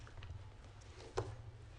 בבקשה.